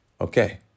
okay